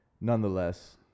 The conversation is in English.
nonetheless